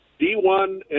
D1